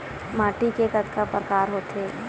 माटी के कतका प्रकार होथे?